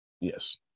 Yes